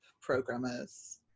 programmers